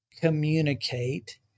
communicate